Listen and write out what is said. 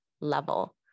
level